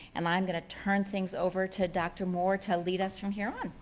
um i'm gonna turn things over to dr. moore to lead us from here on.